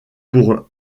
pour